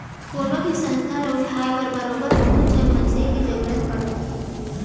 कोनो भी संस्था ल उठाय बर बरोबर बहुत झन मनसे के जरुरत पड़थे